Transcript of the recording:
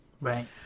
Right